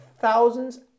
thousands